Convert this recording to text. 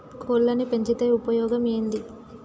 కోళ్లని పెంచితే ఉపయోగం ఏంది?